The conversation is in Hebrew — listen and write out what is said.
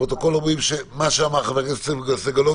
אומרים לפרוטוקול שמה שאמר חבר הכנסת סגלוביץ'